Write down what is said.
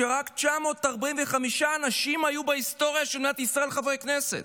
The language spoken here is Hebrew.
רק 945 אנשים היו בהיסטוריה של מדינת ישראל חברי כנסת.